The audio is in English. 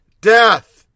death